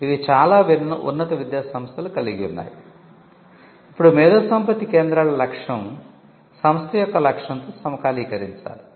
ఇవి చాలా ఉన్నత విద్యాసంస్థలు కలిగి ఉన్నాయి ఇప్పుడు మేధోసంపత్తి కేంద్రాల లక్ష్యం సంస్థ యొక్క లక్ష్యంతో సమకాలీకరించాలి